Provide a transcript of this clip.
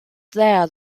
there